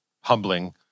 humbling